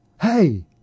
Hey